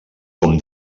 com